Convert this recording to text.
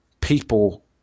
people